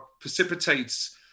precipitates